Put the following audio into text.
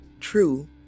true